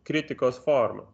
kritikos forma